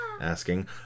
asking